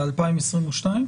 ל-2022?